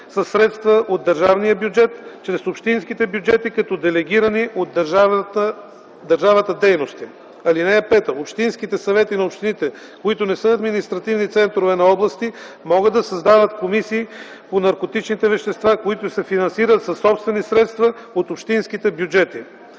със средства от държавния бюджет чрез общинските бюджети като делегирани от държавата дейности. (5) Общинските съвети на общините, които не са административни центрове на области, могат да създават комисии по наркотичните вещества, които се финансират със собствени средства от общинските бюджети.